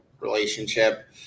relationship